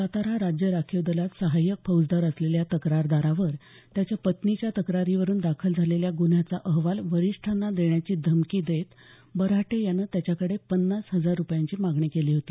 सातारा राज्य राखीव दलात सहायक फौजदार असलेल्या तक्रारदारावर त्याच्या पत्नीच्या तक्रारीवरून दाखल झालेल्या गुन्ह्याचा अहवाल वरिष्ठांना देण्याची धमकी देत बऱ्हाटे यानं त्याच्याकडे पन्नास हजार रुपयांची मागणी केली होती